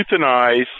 euthanize